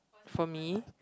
for me